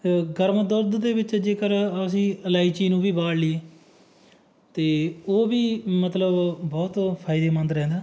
ਗਰਮ ਦੁੱਧ ਦੇ ਵਿੱਚ ਜੇਕਰ ਅਸੀਂ ਈਲਾਚੀ ਨੂੰ ਵੀ ਉਬਾਲ ਲਈਏ ਅਤੇ ਉਹ ਵੀ ਮਤਲਬ ਬਹੁਤ ਫਾਇਦੇਮੰਦ ਰਹਿੰਦਾ